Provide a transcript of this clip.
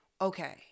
okay